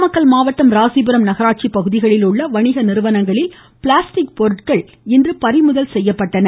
நாமக்கல் மாவட்டம் ராசிபுரம் நகராட்சி பகுதியில் உள்ள வணிக நிறுவனங்களில் பிளாஸ்டிக் பொருட்கள் இன்று பறிமுதல் செய்யப்பட்டன